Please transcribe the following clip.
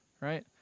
Right